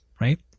right